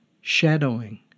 shadowing